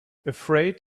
afraid